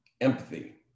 empathy